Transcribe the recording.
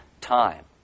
time